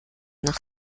nach